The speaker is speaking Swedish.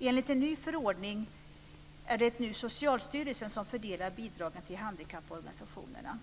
Enligt en ny förordning är det nu Socialstyrelsen som fördelar bidragen till handikapporganisationerna.